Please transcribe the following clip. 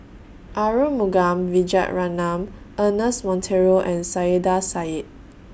Arumugam Vijiaratnam Ernest Monteiro and Saiedah Said